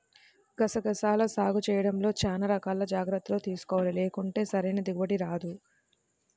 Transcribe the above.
గసగసాల సాగు చేయడంలో చానా రకాల జాగర్తలు తీసుకోవాలి, లేకుంటే సరైన దిగుబడి రాదు